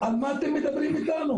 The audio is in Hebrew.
על מה אתם מדברים איתנו,